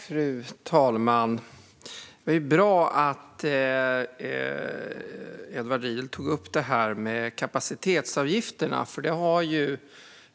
Fru talman! Det var bra att Edward Riedl tog upp kapacitetsavgifterna.